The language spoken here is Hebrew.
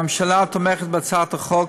הממשלה תומכת בהצעת החוק,